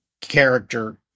character